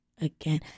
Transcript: again